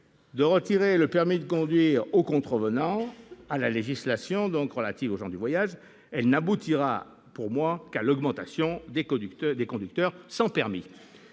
de retirer le permis de conduire à ceux qui contreviennent à la législation relative aux gens du voyage, elle n'aboutira, selon moi, qu'à l'augmentation du nombre de conducteurs sans permis,